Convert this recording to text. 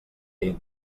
him